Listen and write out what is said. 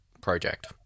project